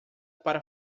para